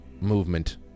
movement